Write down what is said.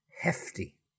hefty